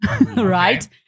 right